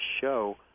show